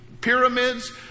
pyramids